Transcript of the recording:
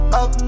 up